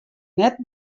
net